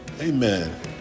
amen